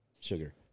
sugar